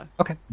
Okay